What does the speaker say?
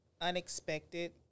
unexpected